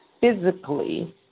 physically